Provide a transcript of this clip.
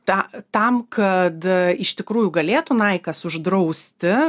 tą tam kad iš tikrųjų galėtų naikas uždrausti